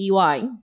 EY